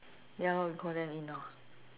ya lor we call them in lor